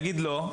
יגיד לא,